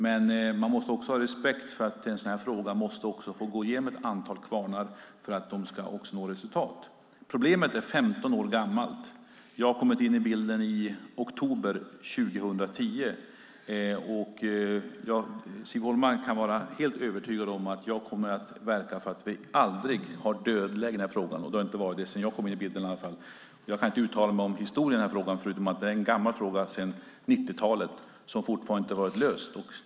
Men man måste ha respekt för att en sådan här fråga måste få gå igenom ett antal kvarnar för att man ska nå resultat. Problemet är 15 år gammalt. Jag kom in i bilden i oktober 2010. Siv Holma kan vara helt övertygad om att jag kommer att verka för att vi aldrig har något dödläge i den är frågan. Det har det inte varit sedan jag kom in i bilden. Jag kan inte uttala mig om hur det har varit historiskt förutom att frågan är gammal - sedan 90-talet - och fortfarande inte är löst.